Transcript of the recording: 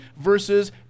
versus